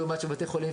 לעומת בתי חולים,